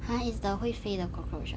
!huh! it's the 会飞的 cockroach